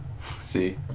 See